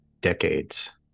decades